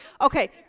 Okay